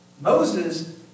Moses